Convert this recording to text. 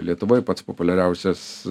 lietuvoj pats populiariausias